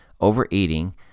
overeating